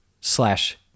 slash